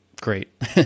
great